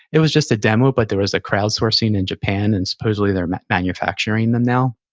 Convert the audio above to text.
it was just a demo, but there was a crowdsourcing in japan, and supposedly they're manufacturing them now.